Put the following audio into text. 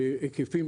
בהיקפים